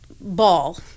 ball